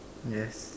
yes